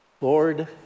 Lord